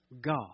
God